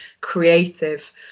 creative